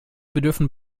bedürfen